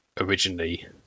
originally